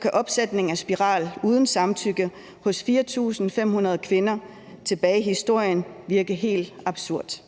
kan opsætningen af spiral uden samtykke hos 4.500 kvinder tilbage i historien virke helt absurd.